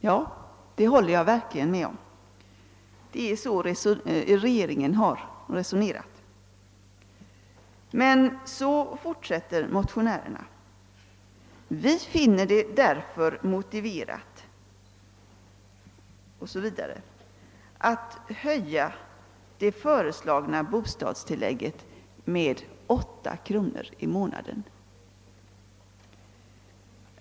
Ja, det håller jag verkligen med om, och det är så regeringen har resonerat. Fortsättningsvis framhåller emellertid motionärerna att de därför finner det motiverat att höja det föreslagna bostadstillägget med 100 kronor per år, d.v.s. 8 kronor i månaden.